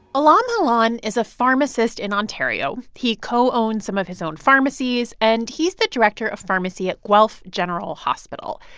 alam hallan is a pharmacist in ontario. he co-owns some of his own pharmacies, and he's the director of pharmacy at guelph general hospital.